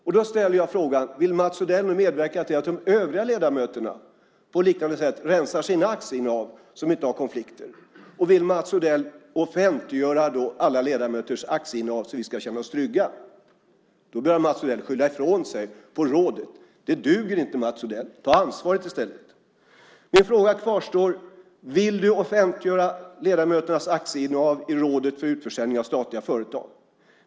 Därför ställer jag frågan: Vill Mats Odell nu medverka till att de övriga ledamöterna på liknande sätt rensar i sina aktieinnehav så att det inte blir konflikter, och vill Mats Odell då offentliggöra alla ledamöternas aktieinnehav så att vi kan känna oss trygga? Men då börjar Mats Odell skylla ifrån sig på rådet. Det duger inte, Mats Odell! Ta i stället ansvar! Min första fråga kvarstår: Vill du offentliggöra aktieinnehaven avseende ledamöterna i rådet för utförsäljning av statliga företag?